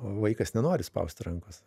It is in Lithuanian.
o vaikas nenori spaust rankos